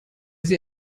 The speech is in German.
sie